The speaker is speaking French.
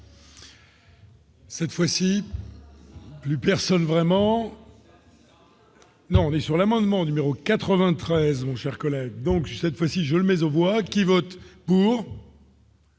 Cette fois-ci plus personne vraiment. Non, et sur l'amendement numéro 93, mon cher collègue, donc cette fois-ci je mais on voit qu'ils votent pour.